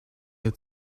had